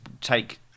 take